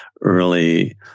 early